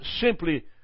simply